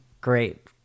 Great